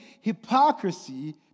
hypocrisy